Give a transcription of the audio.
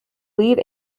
lead